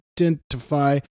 identify